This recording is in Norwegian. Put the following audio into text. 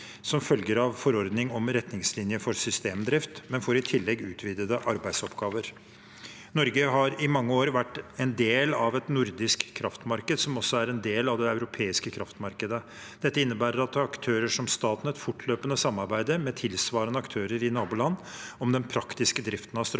som følger av forordning om ret ningslinjer for systemdrift, men får i tillegg utvidede arbeidsoppgaver. Norge har i mange år vært en del av et nordisk kraftmarked, som også er en del av det europeiske kraftmarkedet. Dette innebærer at aktører som Statnett fortløpende samarbeider med tilsvarende aktører i naboland om den praktiske driften av strømnettet.